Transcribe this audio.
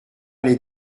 allée